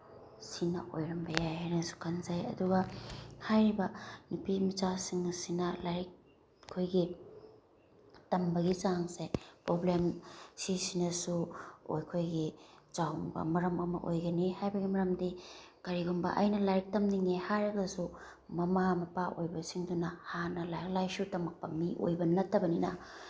ꯁꯤꯅ ꯑꯣꯏꯔꯝꯕ ꯌꯥꯏ ꯍꯥꯏꯅꯁꯨ ꯈꯟꯖꯩ ꯑꯗꯨꯒ ꯍꯥꯏꯔꯤꯕ ꯅꯨꯄꯤ ꯃꯆꯥꯁꯤꯡ ꯑꯁꯤꯅ ꯂꯥꯏꯔꯤꯛ ꯑꯩꯈꯣꯏꯒꯤ ꯇꯝꯕꯒꯤ ꯆꯥꯡꯁꯦ ꯄ꯭ꯔꯣꯕ꯭ꯂꯦꯝ ꯁꯤꯁꯤꯅꯁꯨ ꯑꯩꯈꯣꯏꯒꯤ ꯃꯔꯝ ꯑꯃ ꯑꯣꯏꯒꯅꯤ ꯍꯥꯏꯕꯒꯤ ꯃꯔꯝꯗꯤ ꯀꯔꯤꯒꯨꯝꯕ ꯑꯩꯅ ꯂꯥꯏꯔꯤꯛ ꯇꯝꯅꯤꯡꯉꯦ ꯍꯥꯏꯔꯒꯁꯨ ꯃꯃꯥ ꯃꯄꯥ ꯑꯣꯏꯕꯁꯤꯡꯗꯨꯅ ꯍꯥꯟꯅ ꯂꯥꯏꯔꯤꯛ ꯂꯥꯏꯁꯨ ꯇꯝꯃꯛꯄ ꯃꯤ ꯑꯣꯏꯕ ꯅꯠꯇꯕꯅꯤꯅ